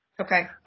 Okay